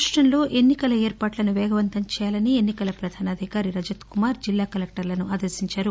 రాష్టంలో ఎన్నికల ఏర్పాట్లను వేగవంతం చేయాలని ఎన్నికల పధాన అధికారి రజత్కుమార్ జిల్లా కలెక్టర్లను ఆదేశించారు